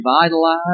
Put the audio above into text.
revitalize